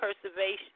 preservation